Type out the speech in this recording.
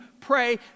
pray